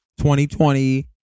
2020